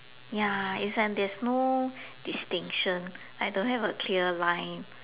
ya it's like there is no distinction like don't have a clear line